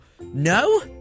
No